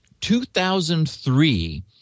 2003